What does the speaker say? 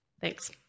Thanks